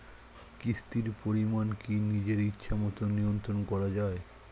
কিস্তির পরিমাণ কি নিজের ইচ্ছামত নিয়ন্ত্রণ করা যায়?